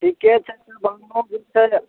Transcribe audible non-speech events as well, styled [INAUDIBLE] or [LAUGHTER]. ठीके छै [UNINTELLIGIBLE] छै